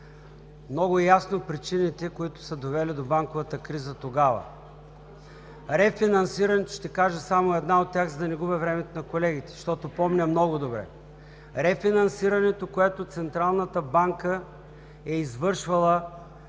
много ясно причините, които са довели до банковата криза тогава. Рефинансирането – ще кажа само една от тях, за да не губя времето на колегите, защото помня много добре. Рефинансирането, което Централната банка е извършвала